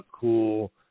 cool